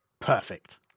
Perfect